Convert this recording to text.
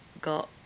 got